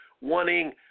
wanting